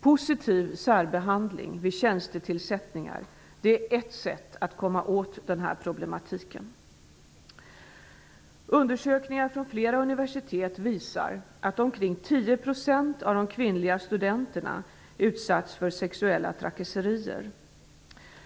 Positiv särbehandling vid tjänstetillsättningar är ett sätt att komma åt problematiken. Undersökningar från flera universitet visar att omkring 10 % av de kvinnliga studenterna utsatts för sexuella trakasserier.